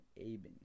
Aben